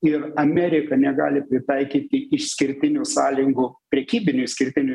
ir amerika negali pritaikyti išskirtinių sąlygų prekybinių išskirtinių